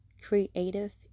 creative